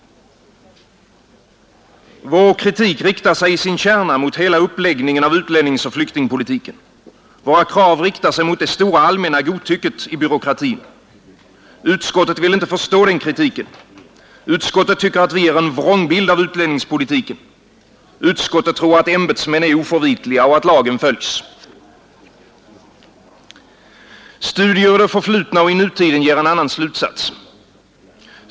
Vår kritik riktar sig i sin kärna mot hela uppläggningen av utlänningsoch flyktingpolitiken. Våra krav riktar sig mot det stora allmänna godtycket i byråkratin. Utskottet vill inte förstå den kritiken. Utskottet tycker att vi ger en vrångbild av utlänningspolitiken. Utskottet tror att ämbetsmän är oförvitliga och att lagen följs. Studier i det förflutna och i nutiden ger en annan slutsats.